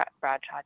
Bradshaw